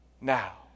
now